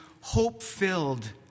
hope-filled